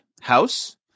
house